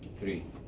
three.